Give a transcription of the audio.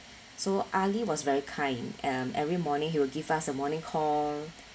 so ali was very kind um every morning he will give us a morning call